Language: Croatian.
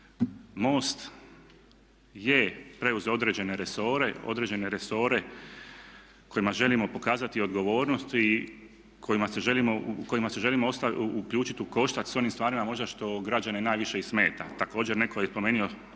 MOST je preuzeo određene resore kojima želimo pokazati odgovornost i u kojima se želimo uključiti u koštac s onim stvarima možda što građane najviše i smeta. Također netko je spomenuo